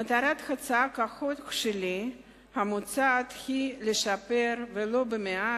מטרת הצעת החוק שלי היא לשפר, ולו במעט,